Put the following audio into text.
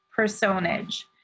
personage